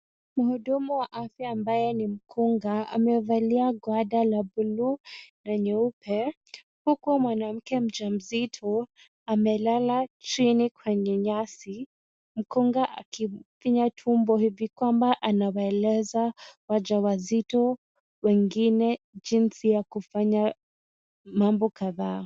Mhudumu wa afya ambaye ni mkunga, amevalia gwanda la bluu na nyeupe huku mwanamke mjamzito amelala chini kwenye nyasi, mkunga akimfinya tumbo hivi kwamba, anawaeleza waja wazito wengine jinsi ya kufanya mambo kadhaa.